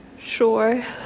Sure